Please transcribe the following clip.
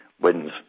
wins